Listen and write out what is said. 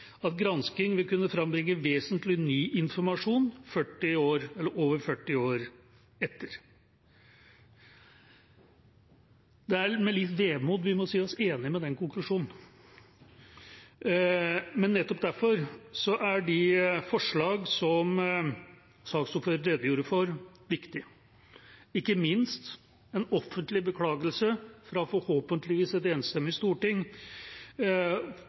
at gransking vil kunne frambringe vesentlig ny informasjon over 40 år etter. Det er med litt vemod vi må si oss enig i den konklusjonen. Nettopp derfor er de forslagene som saksordføreren redegjorde for, viktige – ikke minst en offentlig beklagelse fra forhåpentligvis et enstemmig storting